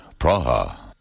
Praha